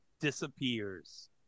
Disappears